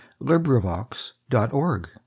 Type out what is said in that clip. LibriVox.org